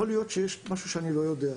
יכול להיות שיש משהו שאני לא יודע.